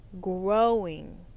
growing